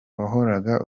wahoraga